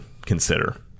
consider